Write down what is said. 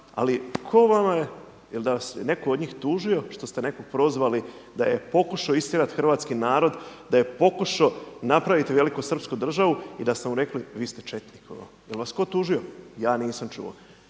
Ali tko vama, da li vas je netko od njih tužio što ste nekog prozvali da je pokušao istjerati hrvatski narod, da je pokušao napraviti velikosrpsku državu i da ste mu rekli vi ste četnik. Je li vas tko tužio? Ja nisam čuo.